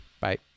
Bye